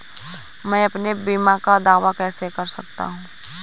मैं अपने बीमा का दावा कैसे कर सकता हूँ?